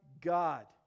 God